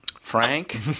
Frank